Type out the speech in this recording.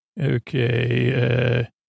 Okay